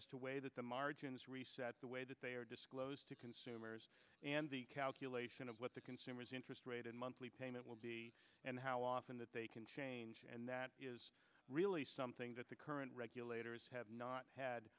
aspects to way that the margins reset the way that they are disclosed to consumers and the calculation of what the consumers interest rate and monthly payment will be and how often that they can change and that really something that the current regulators have not had